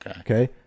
okay